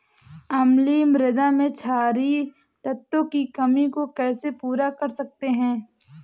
अम्लीय मृदा में क्षारीए तत्वों की कमी को कैसे पूरा कर सकते हैं?